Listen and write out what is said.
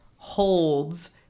holds